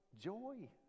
joy